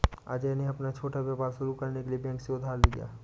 अजय ने अपना छोटा व्यापार शुरू करने के लिए बैंक से उधार लिया